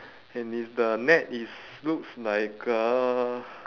and it's the net is looks like a